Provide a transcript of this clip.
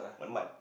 one month